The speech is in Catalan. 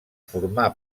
formà